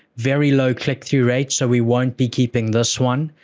very low click-through rates, so we won't be keeping this one.